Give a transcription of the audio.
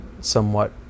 somewhat